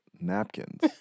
napkins